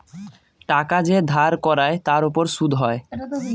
টাকা যে ধার করায় তার উপর সুদ হয়